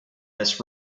this